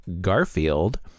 Garfield